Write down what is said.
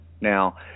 now